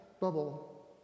bubble